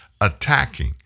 attacking